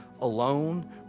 alone